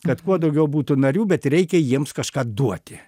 kad kuo daugiau būtų narių bet reikia jiems kažką duoti